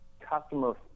customer